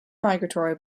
migratory